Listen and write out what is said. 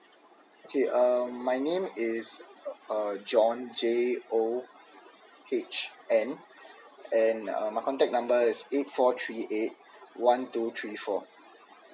okay uh my name is uh john j o h n and my contact number is eight four three eight one two three four